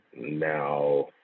now